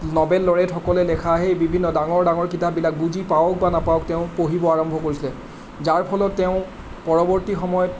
novel লৰেটসকলে লিখা সেই বিভিন্ন ডাঙৰ ডাঙৰ কিতাপবিলাক বুজি পাওক বা নাপাওক তেওঁ পঢ়িব আৰম্ভ কৰিছিলে যাৰ ফলত তেওঁ পৰৱৰ্তী সময়ত